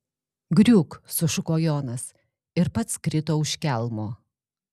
griūk sušuko jonas ir pats krito už kelmo